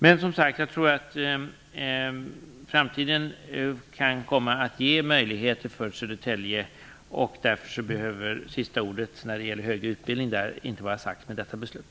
Men som sagt, jag tror att framtiden kan komma att ge möjligheter för Södertälje, och därför behöver sista ordet när det gäller högre utbildning där inte vara sagt med detta beslut.